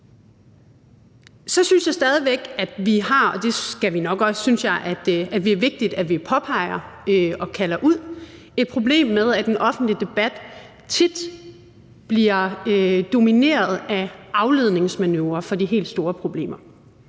det synes jeg stadig væk at vi har, og det synes jeg er vigtigt at vi påpeger og kalder ud, med, at den offentlige debat tit bliver domineret af afledningsmanøvrer fra de helt store problemer.